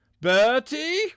Bertie